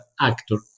actor